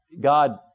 God